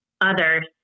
others